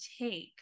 take